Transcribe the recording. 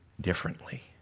differently